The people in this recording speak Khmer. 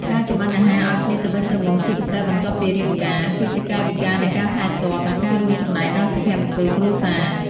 ការចម្អិនអាហារឱ្យគ្នាទៅវិញទៅមក ជាពិសេសបន្ទាប់ពីរៀបការ គឺជាកាយវិការនៃការថែទាំ និងការរួមចំណែកដល់សុភមង្គលគ្រួសារ។